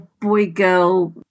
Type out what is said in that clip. boy-girl